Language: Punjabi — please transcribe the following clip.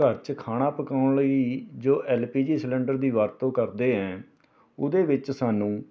ਘਰ 'ਚ ਖਾਣਾ ਪਕਾਉਣ ਲਈ ਜੋ ਐੱਲ ਪੀ ਜੀ ਸਿਲੰਡਰ ਦੀ ਵਰਤੋਂ ਕਰਦੇ ਹੈ ਉਹਦੇ ਵਿੱਚ ਸਾਨੂੰ